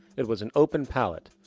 it was an open palette.